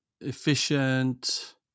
efficient